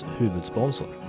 huvudsponsor